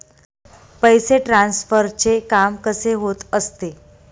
पैसे ट्रान्सफरचे काम कसे होत असते?